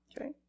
Okay